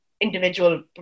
individual